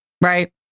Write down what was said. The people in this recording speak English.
Right